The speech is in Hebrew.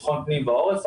ביטחון פנים ועורף.